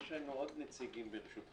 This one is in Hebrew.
יש לנו עוד נציגים, ברשותך.